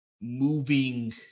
moving